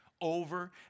over